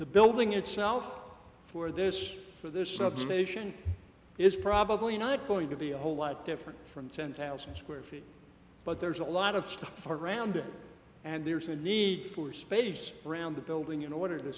the building itself for this so there's some of the nation is probably not going to be a whole lot different from ten thousand square feet but there's a lot of stuff around and there's a need for space around the building in order to